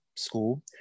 school